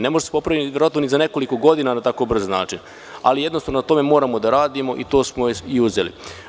Ne može da se popravi verovatno ni za nekoliko godina na tako brz način, ali jednostavno na tome moramo da radimo i to smo i uzeli.